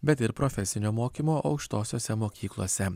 bet ir profesinio mokymo aukštosiose mokyklose